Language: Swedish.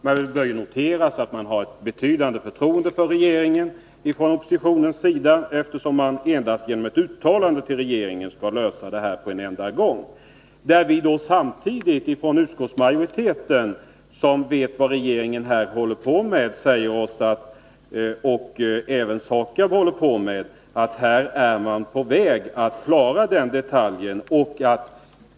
Jag vill bara notera att man från oppositionens sida tydligen har ett betydande förtroende för regeringen, eftersom man anser att frågan kan lösas med en enda gång endast genom ett uttalande till regeringen. Utskottsmajoriteten, som vet vad regeringen och även SAKAB håller på med i detta sammanhang, säger att man är på väg att klara den här detaljen.